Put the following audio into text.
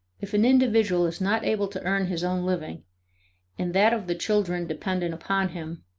if an individual is not able to earn his own living and that of the children dependent upon him,